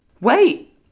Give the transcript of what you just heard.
wait